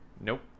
Nope